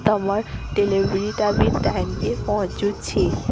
ତମର୍ ଡ଼େଲିଭରୀଟା ବି ଟାଇମ୍କେ ପହଞ୍ଚୁଛି